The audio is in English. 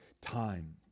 time